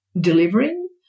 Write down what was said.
delivering